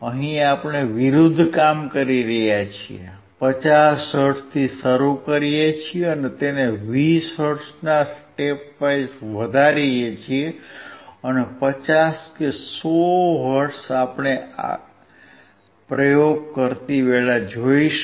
અહીં આપણે વિરૂધ્ધ કરી રહ્યા છીએ 50 હર્ટ્ઝથી શરૂ કરીએ છીએ અને તેને 20 હર્ટ્ઝના સ્ટેપ વાઇઝ વધારીએ છીએ અથવા 50 કે 100 હર્ટ્ઝ આપણે પ્રયોગ કરતી વેળા જોઇશું